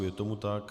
Je tomu tak.